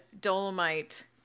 dolomite